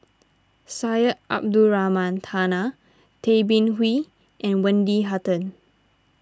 Syed Abdulrahman Taha Tay Bin Wee and Wendy Hutton